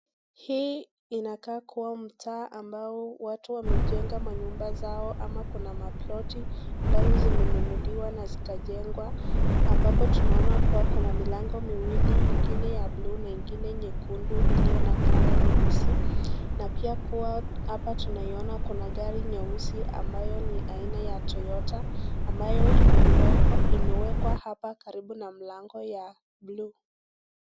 Hii inakaa kuwa mtaa ambao watu wamejenga manyumba zao ama kuna maploti ambazo zimenunuliwa na zikajengwa, ambapo tunaona kuwa kuna milango miwili ingine ya buluu na ingine nyekundu iliyo na kala nyeusi, na kuwa pia hapa tunaona kuna gari nyeusi ambayo ni aina ya toyota ambayo imewekwa hapa karibu na mlango ya buluu.